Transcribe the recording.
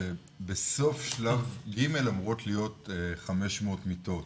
בסוף שלב ג' אמורות להיות 500 מיטות